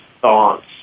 thoughts